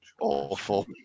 Awful